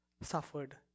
suffered